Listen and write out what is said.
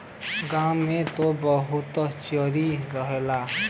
गांव में त बहुते चरी रहला